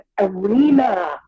arena